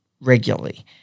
regularly